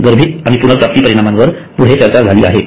गर्भित आणि पुनर्प्राप्ती परिणामांवर पुढे चर्चा झाली आहे